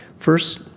first,